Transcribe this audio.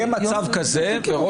יטי שהלכו מהליכוד כאלה שהיו בו ועזבו את